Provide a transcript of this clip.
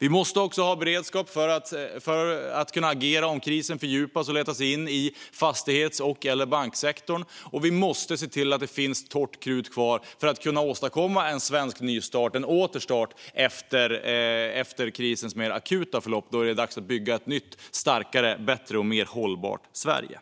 Vi måste också ha beredskap för att kunna agera om krisen fördjupas och letar sig in i fastighets eller banksektorn. Vi måste också se till att det finns torrt krut kvar för att kunna åstadkomma en svensk nystart, en återstart, efter krisens mer akuta förlopp, då det är dags att bygga ett nytt, starkare, bättre och mer hållbart Sverige.